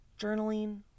journaling